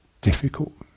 difficult